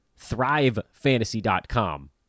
ThriveFantasy.com